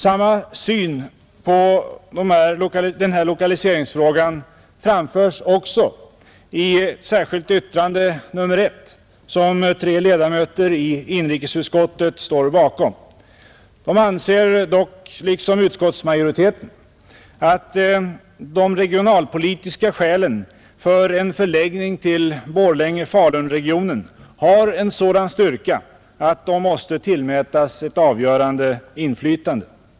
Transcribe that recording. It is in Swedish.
Samma syn på den här lokaliseringsfrågan framförs också i det särskilda yttrandet nr 1 som tre ledamöter i inrikesutskottet står bakom. De anser dock liksom utskottsmajoriteten att de regionalpolitiska skälen för en förläggning till Borlänge-Falun-regionen har en sådan styrka att de måste tillmätas ett avgörande inflytande.